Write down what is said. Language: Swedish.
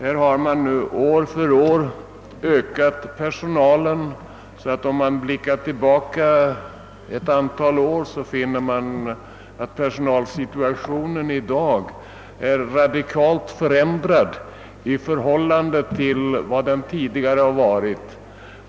Nu har ju verkets personal undan för undan ökats; om vi blickar tillbaka ett antal år finner vi att personalsituationen i dag är radikalt förändrad i förhållande till vad den tidigare varit.